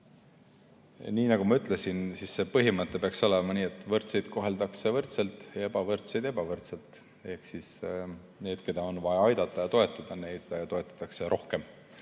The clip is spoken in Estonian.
Nii nagu ma ütlesin, see põhimõte peaks olema nii, et võrdseid koheldakse võrdselt ja ebavõrdseid ebavõrdselt. Ehk siis neid, keda on vaja aidata ja toetada, toetatakse rohkem,